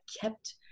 kept